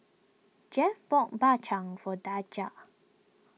Jeff bought Bak Chang for Daija